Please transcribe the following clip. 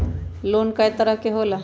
Loan कय तरह के होला?